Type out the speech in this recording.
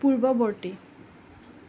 পূৰ্বৱৰ্তী